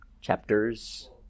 Chapters